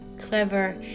clever